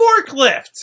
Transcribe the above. Forklift